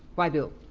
why bill?